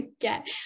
get